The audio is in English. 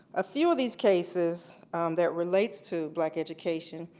a few of these cases that relates to black education,